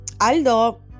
aldo